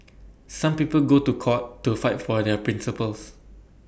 some people go to court to fight for their principles